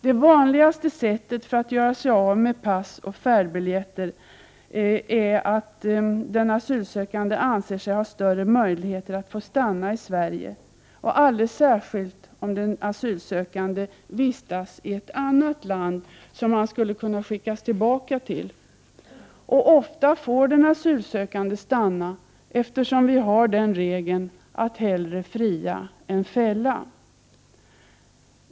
Det vanligaste skälet för att göra sig av med pass och färdbiljetter är att den asylsökande anser sig ha större möjligheter att få stanna i Sverige och alldeles särskilt om den asylsökande har vistats i ett annat land som han skulle kunna skickas tillbaka till. Oftast får den asylsökande stanna, eftersom vi har den regeln att hellre fria än fälla.